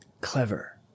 Clever